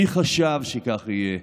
מי חשב שכך יהיה?